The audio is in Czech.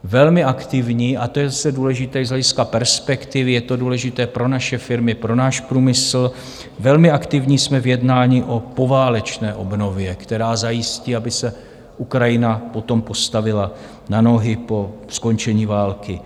Velmi aktivní a to je zase důležité i z hlediska perspektivy, je to důležité pro naše firmy, pro náš průmysl velmi aktivní jsme v jednání o poválečné obnově, která zajistí, aby se Ukrajina potom postavila na nohy po skončení války.